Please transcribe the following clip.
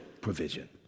provision